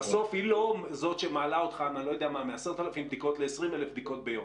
בסוף היא לא זאת שמעלה אותך מ-10,000 בדיקות ל-20,000 בדיקות ביום.